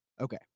Okay